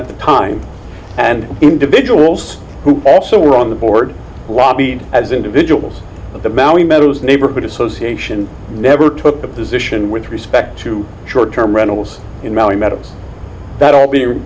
at the time and individuals who also were on the board lobbied as individuals but the maui meadows neighborhood association never took the position with respect to short term rentals in maui meadows that will be